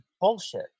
bullshit